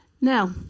Now